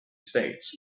states